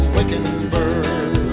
Wickenburg